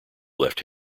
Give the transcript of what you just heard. left